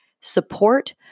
support